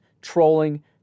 trolling